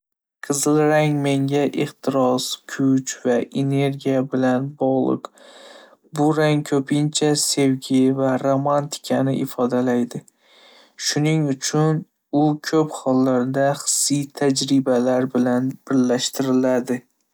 Qizil rang menga ehtiros, kuch va energiya bilan bog'liq. Bu rang ko'pincha sevgi va romantikani ifodalaydi, shuning uchun u ko'p hollarda hissiy tajribalar bilan birlashtiriladi.